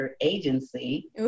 agency